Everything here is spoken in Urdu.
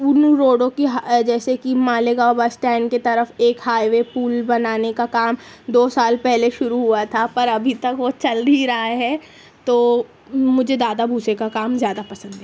ان روڈوں کی حا جیسے کہ مالیگاؤں بس اسٹینڈ کی طرف ایک ہائی وے پُل بنانے کا کام دو سال پہلے شروع ہوا تھا پر ابھی تک وہ چل ہی رہا ہے تو مجھے دادا بھوسے کا کام زیادہ پسند ہے